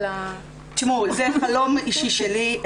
תשמעו, זה חלום אישי שלי,